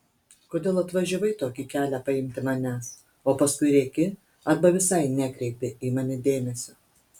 kodėl atvažiavai tokį kelią paimti manęs o paskui rėki arba visai nekreipi į mane dėmesio